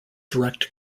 direct